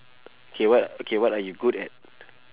K what okay what are you good at